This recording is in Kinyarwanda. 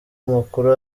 amakuru